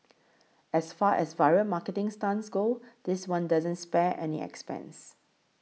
as far as viral marketing stunts go this one doesn't spare any expense